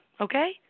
Okay